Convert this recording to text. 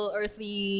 earthly